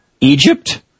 Egypt